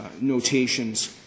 Notations